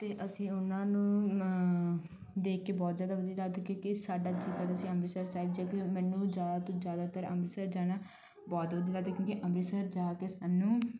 ਅਤੇ ਅਸੀਂ ਉਹਨਾਂ ਨੂੰ ਦੇਖ ਕੇ ਬਹੁਤ ਜ਼ਿਆਦਾ ਵਧੀਆ ਲੱਗਦਾ ਕਿਉਂਕਿ ਸਾਡਾ ਜੀਅ ਕਰਦਾ ਅਸੀਂ ਅੰਮ੍ਰਿਤਸਰ ਸਾਹਿਬ ਜਾ ਕੇ ਮੈਨੂੰ ਵੀ ਜ਼ਿਆਦਾ ਤੋਂ ਜ਼ਿਆਦਾਤਰ ਅੰਮ੍ਰਿਤਸਰ ਜਾਣਾ ਬਹੁਤ ਵਧੀਆ ਲੱਗਦਾ ਕਿਉਂਕਿ ਅੰਮ੍ਰਿਤਸਰ ਜਾ ਕੇ ਸਾਨੂੰ